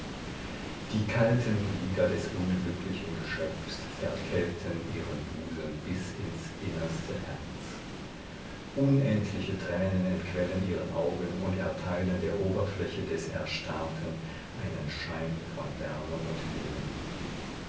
die kalten glieder des unglücklichen geschöpfs verkälten ihren busen bis ins innerste herz unendliche tränen entquellen ihren augen und erteilen der oberfläche des erstarrten einen schein von wärme und leben